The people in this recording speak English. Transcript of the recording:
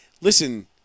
listen